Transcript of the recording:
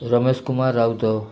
Ramesh Kumar Raut